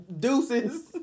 deuces